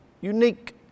unique